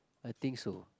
I think so